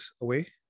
away